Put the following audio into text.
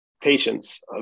patients